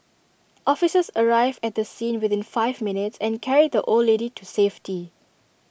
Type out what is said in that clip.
officers arrived at the scene within five minutes and carried the old lady to safety